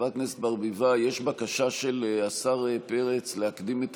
חברת הכנסת ברביבאי, יש בקשה של השר פרץ להקדים את